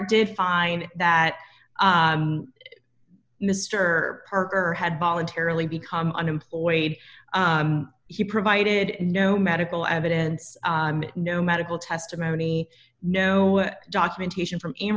did find that mr parker had voluntarily become unemployed he provided no medical evidence no medical testimony no documentation from him